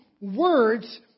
words